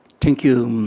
thank you.